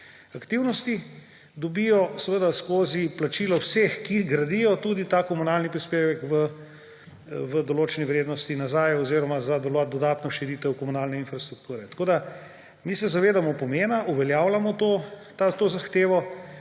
aktivnosti, dobijo seveda skozi plačilo vseh, ki gradijo, tudi ta komunalni prispevek v določeni vrednosti nazaj oziroma za dodatno širitev komunalne infrastrukture. Mi se zavedamo pomena, uveljavljamo to zahtevo